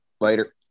later